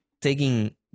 taking